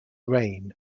reign